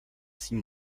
six